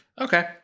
Okay